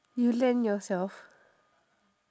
you lend yourself